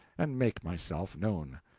and make myself known.